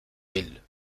will